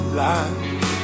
life